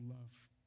love